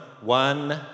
one